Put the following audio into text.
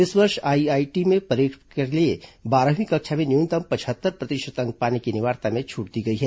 इस वर्ष आईआईटी में प्रवेश के लिए बारहवीं कक्षा में न्यूनतम पचहत्तर प्रतिशत अंक पाने की अनिवार्यता में छूट दी गई है